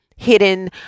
Hidden